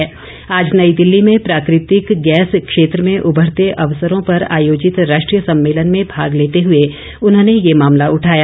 ॅआज नई दिल्ली में प्राकृतिक गैस क्षेत्र में उभरते अवसरों पर आयोजित राष्ट्रीय सम्मेलन में भाग लेते हुए उन्होंने ये मामला उठाया